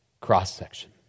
cross-section